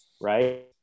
right